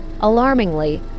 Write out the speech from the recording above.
Alarmingly